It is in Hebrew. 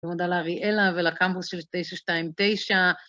תודה לאריאלה ולקמפוס של 229.